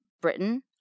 Britain